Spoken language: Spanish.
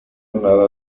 nada